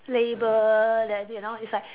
label that you know is like